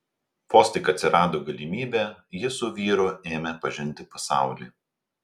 vos tik atsirado galimybė ji su vyru ėmė pažinti pasaulį